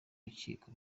rukiko